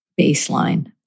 baseline